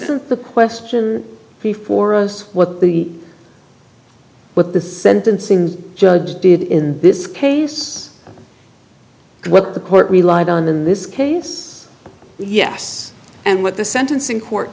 isn't the question before us what the what the sentencing judge did in this case what the court relied on in this case yes and what the sentencing court